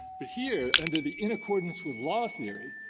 but here, under the in-accordance-with-law theory,